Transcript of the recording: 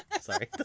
Sorry